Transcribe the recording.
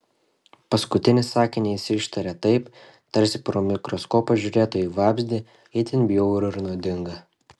paskutinį sakinį jis ištarė taip tarsi pro mikroskopą žiūrėtų į vabzdį itin bjaurų ir nuodingą